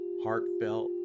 heartfelt